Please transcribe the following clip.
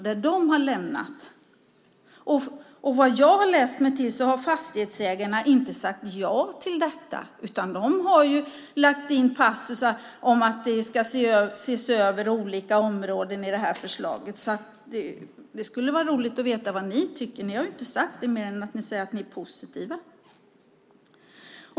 Fastighetsägarna har inte, enligt vad jag har läst mig till, sagt ja till detta, utan de har lagt in passusar i detta förslag om att olika områden ska ses över. Det skulle därför vara roligt att veta vad ni tycker. Ni har inte sagt mer än att ni är positiva.